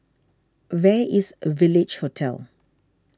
where is a Village Hotel